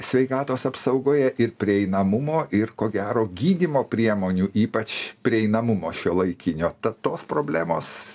sveikatos apsaugoje ir prieinamumo ir ko gero gydymo priemonių ypač prieinamumo šiuolaikinio ta tos problemos